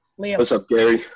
liam. what's up gary?